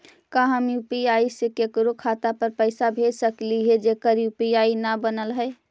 का हम यु.पी.आई से केकरो खाता पर पैसा भेज सकली हे जेकर यु.पी.आई न बनल है?